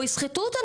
או יסחטו אותן,